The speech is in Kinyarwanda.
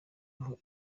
aho